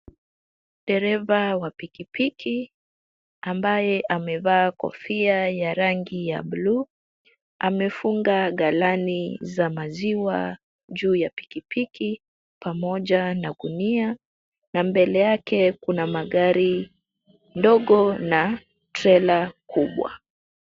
Dereva wa pikipiki ambaye amevaa kofia ya rangi ya blue , amefunga galani za maziwa juu ya pikipiki pamoja na gunia na mbele yake kuna magari ndogo na trela kubwa.